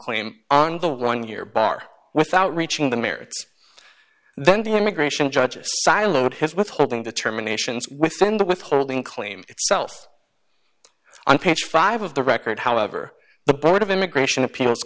claim on the one year bar without reaching the merits then the immigration judges siloed his withholding determinations within the withholding claim itself on page five of the record however the board of immigration appeal